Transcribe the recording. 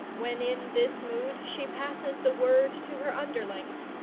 when in this mood she passes the word to her underlings,